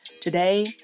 Today